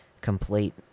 complete